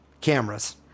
Cameras